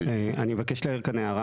אני מבקש להעיר כאן הערה,